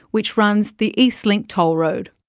which runs the eastlink toll road.